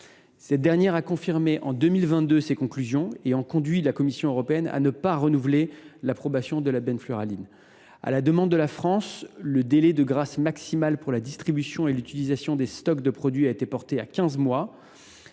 a toutefois maintenu ses conclusions, ce qui a conduit la Commission européenne à ne pas renouveler l’approbation de la benfluraline. À la demande de la France, le délai de grâce maximal pour la distribution et l’utilisation des stocks de produits a été porté à quinze mois.